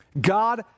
God